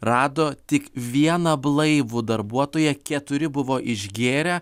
rado tik vieną blaivų darbuotoją keturi buvo išgėrę